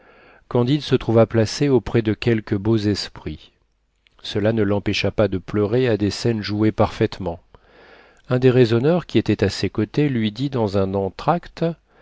candide se trouva placé auprès de quelques beaux esprits cela ne l'empêcha pas de pleurer à des scènes jouées parfaitement un des raisonneurs qui étaient à ses côtés lui dit dans un entr'acte